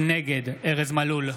נגד ארז מלול,